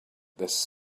this